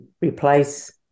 replace